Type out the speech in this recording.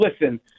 listen